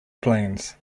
planes